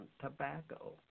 tobacco